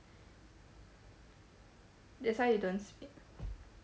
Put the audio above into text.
that's why you don't see